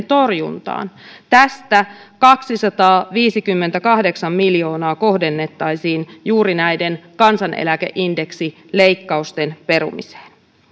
torjuntaan tästä kaksisataaviisikymmentäkahdeksan miljoonaa kohdennettaisiin juuri näiden kansaneläkeindeksileikkausten perumiseen